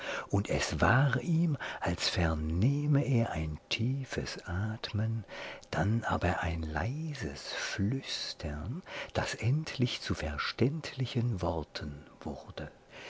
und es war ihm als vernehme er ein tiefes atmen dann aber ein leises flüstern das endlich zu verständlichen worten wurde